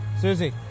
Susie